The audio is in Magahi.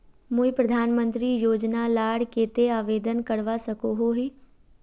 मुई प्रधानमंत्री योजना लार केते आवेदन करवा सकोहो ही?